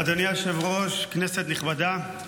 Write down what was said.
אדוני היושב-ראש, כנסת נכבדה,